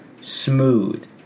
smooth